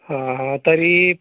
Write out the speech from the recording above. हां हां तरी